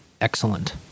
excellent